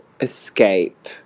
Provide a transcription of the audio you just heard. escape